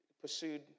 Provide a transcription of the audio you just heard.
pursued